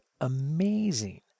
amazing